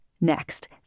Next